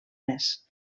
més